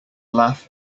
laugh